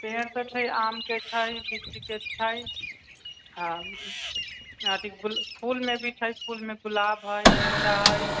पेड़ तऽ छै आम के छै लीची के छै हॅं अभी गुलाब फूल मे भी छै फूलमे गुलाब हय गेन्दा हय